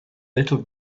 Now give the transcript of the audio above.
little